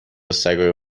سگای